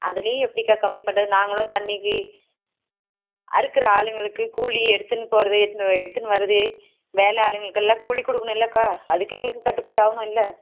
அதுலேயும் எப்படிக்கா கம்மி பண்ணுறது நாங்களும் தண்ணிக்கு அறுக்கிற ஆளுங்களுக்கு கூலி எடுத்துன்னு போகிறது எட்னு எடுத்துன்னு வர்றது வேலை ஆளுங்களுக்கெல்லாம் கூலி கொடுக்கணும் இல்லைக்கா அதுக்கும் எங்களுக்கு கட்டுப்படி ஆகணும் இல்லை